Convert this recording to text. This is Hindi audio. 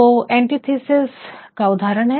तो ये एंटीथेसिस का उदाहरण है